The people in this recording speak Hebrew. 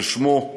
על שמו,